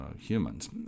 humans